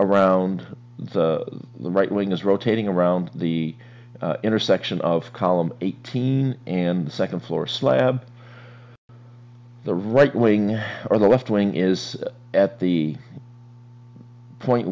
around the right wing is rotating around the intersection of column eighteen and the second floor slab the right wing or the left wing is at the point